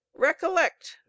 Recollect